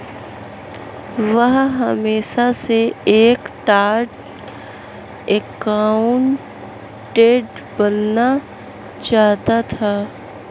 वह हमेशा से एक चार्टर्ड एकाउंटेंट बनना चाहता था